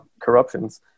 corruptions